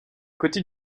côté